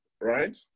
right